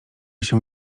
się